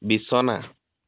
বিছনা